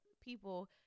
people